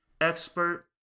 expert